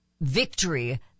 victory